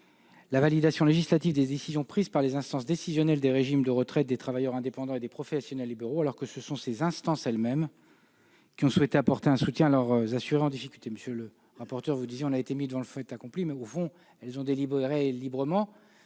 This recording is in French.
la validation législative des décisions prises par les instances décisionnelles des régimes de retraite des travailleurs indépendants et des professionnels libéraux, alors que ce sont ces instances elles-mêmes qui ont souhaité apporter un soutien à leurs assurés en difficulté. Monsieur le rapporteur pour avis, vous dites que nous avons été mis devant le fait accompli, mais, après tout, ces instances ont délibéré librement,